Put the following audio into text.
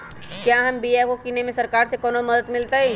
क्या हम बिया की किने में सरकार से कोनो मदद मिलतई?